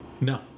No